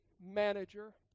manager